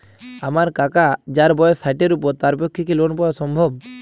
আমার কাকা যাঁর বয়স ষাটের উপর তাঁর পক্ষে কি লোন পাওয়া সম্ভব?